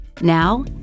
Now